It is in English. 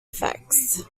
effects